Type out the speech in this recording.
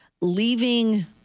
leaving